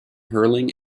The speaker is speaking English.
hurling